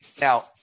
now